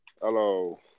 Hello